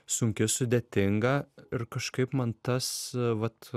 sunki sudėtinga ir kažkaip man tas vat